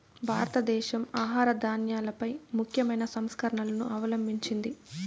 భారతదేశం ఆహార ధాన్యాలపై ముఖ్యమైన సంస్కరణలను అవలంభించింది